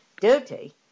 Duty